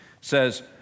says